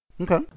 Okay